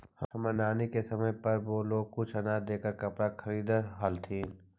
हमर नानी के समय पर वो लोग कुछ अनाज देकर कपड़ा खरीदअ हलथिन